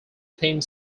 theme